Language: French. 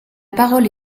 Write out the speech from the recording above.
parole